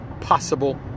possible